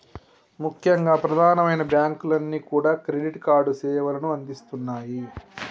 ముఖ్యంగా ప్రధానమైన బ్యాంకులన్నీ కూడా క్రెడిట్ కార్డు సేవలను అందిస్తున్నాయి